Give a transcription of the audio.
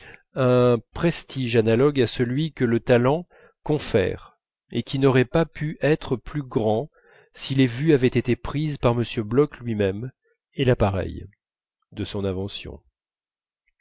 un prestige analogue à celui que le talent confère et qui n'aurait pas pu être plus grand si les vues avaient été prises par m bloch lui-même et l'appareil de son invention